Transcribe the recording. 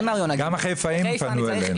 וגם חיפאים פנו אלינו.